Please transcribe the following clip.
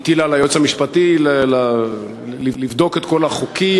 והטילה על היועץ המשפטי לבדוק את כל החוקים,